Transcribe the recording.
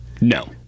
No